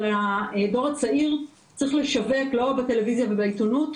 לדור הצעיר צריך לשווק, לא בטלוויזיה ובעיתונות,